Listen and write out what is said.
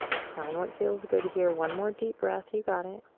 find what feels good here, one more deep breath, you got it.